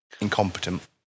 incompetent